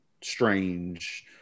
Strange